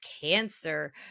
cancer